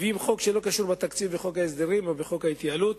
מביאים חוק שלא קשור בתקציב ובחוק ההסדרים או בחוק ההתייעלות.